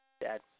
Dad